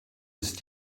ist